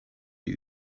die